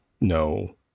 No